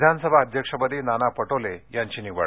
विधानसभा अध्यक्षपदी नाना पटोले यांची निवड